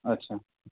अच्छा